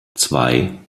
zwei